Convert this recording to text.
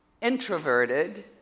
introverted